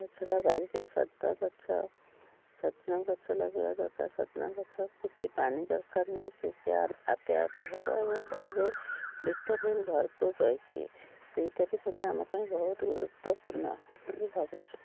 ତା ଛଡ଼ା ବାରିରେ ସଜନା ଗଛ ସଜନା ଗଛ ଲଗେଇବା ଦରକାର ସଜନା ଗଛ କିଛି ପାଣି ଦରକାର ନାହିଁ ତ ସେ ଆପେ ଆପେ ହବ ଏବଂ ତା ଦେହେରେ ଭିଟାମିନ ଭରପୁର ରହିଛି ସେଇଟା ବି ବୋଧେ ଆମ ପାଇଁ ବହୁତ ଗୁରୁତ୍ୱପୂର୍ଣ୍ଣ ବୋଲି ଭାବୁଛୁ